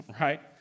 Right